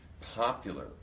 popular